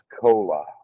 Cola